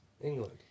England